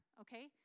okay